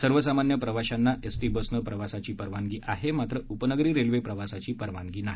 सर्वसामान्य प्रवाशांना एसटी बसने प्रवासाची परवानगी आहे मात्र उपनगरी रेल्वे प्रवासाची परवानगी नाही